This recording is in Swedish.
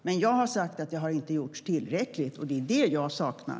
Men jag har sagt att det inte har gjorts tillräckligt, och det är det jag saknar.